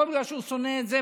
הכול בגלל שהוא שונא את זה,